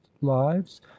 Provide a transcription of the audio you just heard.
lives